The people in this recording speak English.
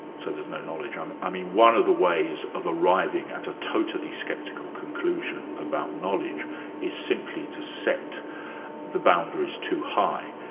so there's no knowledge. um i mean one of the ways f arriving at a totally sceptical conclusion about knowledge is simply to set the boundaries too high.